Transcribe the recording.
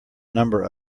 number